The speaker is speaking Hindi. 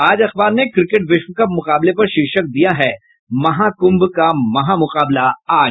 आज अखबार ने क्रिकेट विश्वकप मुकाबले पर शीर्षक दिया है महाक्भ का महामुकाबला आज